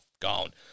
Gone